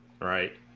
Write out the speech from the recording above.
right